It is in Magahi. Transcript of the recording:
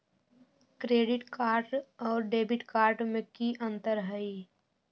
क्रेडिट कार्ड और डेबिट कार्ड में की अंतर हई?